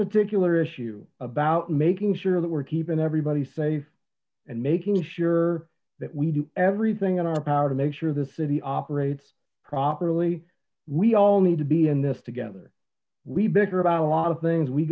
particular issue about making sure that we're keeping everybody safe and making sure that we do everything in our power to make sure the city operates properly we all need to be in this together we bicker about a lot of things we